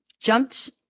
jumped